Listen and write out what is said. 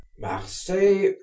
Marseille